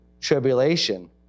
tribulation